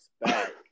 back